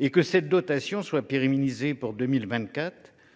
et que cette dotation soit pérennisée pour 2024,